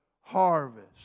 harvest